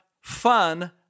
fun